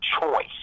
choice